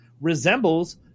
resembles